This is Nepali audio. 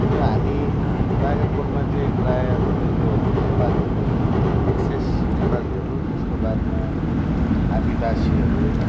यो हामी बाग्राकोटमा चाहिँ प्रायः तपाईँको नेपालीहरू विशेष नेपालीहरू त्यसको बादमा आदिवासीहरू